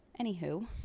anywho